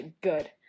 good